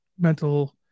mental